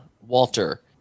Walter